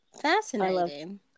fascinating